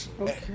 Okay